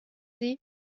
sie